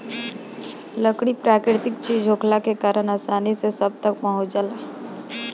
लकड़ी प्राकृतिक चीज होखला के कारण आसानी से सब तक पहुँच जाला